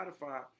Spotify